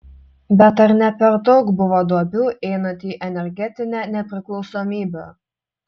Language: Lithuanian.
bet ar ne per daug buvo duobių einant į energetinę nepriklausomybę